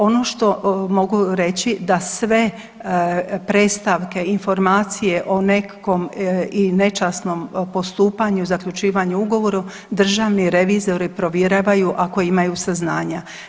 Ono što mogu reći da sve predstavke i informacije o nekakvom i nečasnom postupanju i zaključivanju ugovoru državni revizori provjeravaju ako imaju saznanja.